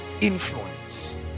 influence